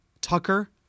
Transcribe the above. Tucker